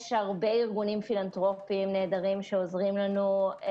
יש הרבה ארגונים פילנתרופיים נהדרים שעוזרים לנו,